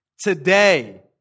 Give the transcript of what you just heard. today